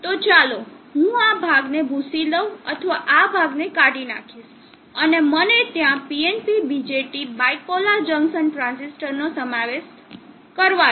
તો ચાલો હું આ ભાગને ભૂંસી લઉં અથવા આ ભાગને કાઢી નાખીશ અને મને ત્યાં PNP BJT bipolar junction transistor નો સમાવેશ દો